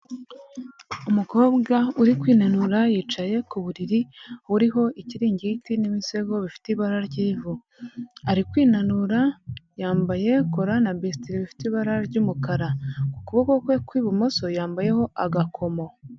Umukobwa uri kwinanura, yicaye ku buriri buriho ikiringiti n'imisego bifite ibara ry'ivu, ari kwinanura, yambaye kora na bisitiri bifite ibara ry'umukara. Ku kuboko kwe kw'ibumoso yambayeho agakomo.